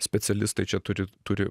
specialistai čia turi turi